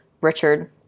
richard